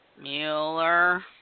Mueller